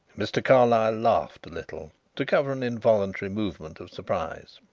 mr. carlyle laughed a little to cover an involuntary movement of surprise.